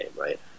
right